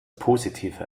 positive